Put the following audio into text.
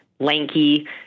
lanky